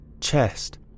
chest